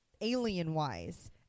alien-wise